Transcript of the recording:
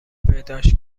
بهداشت